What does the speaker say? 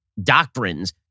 doctrines